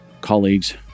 colleagues